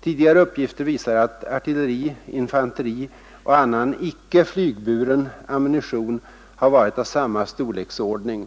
Tidigare uppgifter visar att mängden artilleri-, infanterioch annan icke flygburen ammunition har varit av samma storleksordning.